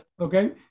Okay